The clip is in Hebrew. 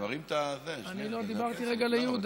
נאמת הרגע, כמה אפשר לדבר עליי?